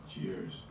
Cheers